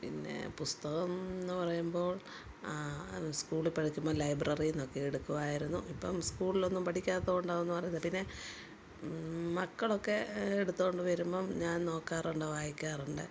പിന്നെ പുസ്തകം എന്നു പറയുമ്പോൾ സ്കൂളിൽ പഠിക്കുമ്പോൾ ലൈബ്രറിന്നൊക്കെ എടുക്കുവായിരുന്നു ഇപ്പം സ്കൂളിലൊന്നും പഠിക്കാത്തൊണ്ട് അതൊന്നും അറിയില്ല പിന്നെ മക്കളൊക്കെ എടുത്തോണ്ട് വരുമ്പം ഞാൻ നോക്കാറുണ്ട് വായിക്കാറുണ്ട്